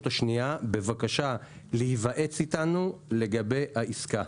השנייה בבקשה להיוועץ אתנו לגבי העסקה.